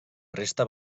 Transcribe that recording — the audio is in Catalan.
resta